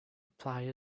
apply